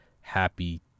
happy